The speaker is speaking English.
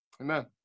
Amen